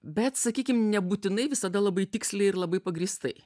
bet sakykim nebūtinai visada labai tiksliai ir labai pagrįstai